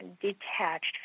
detached